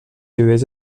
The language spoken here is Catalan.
divideix